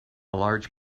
large